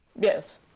Yes